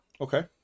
Okay